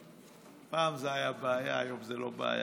אתה אחרי יאיר גולן, אדוני.